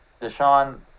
deshaun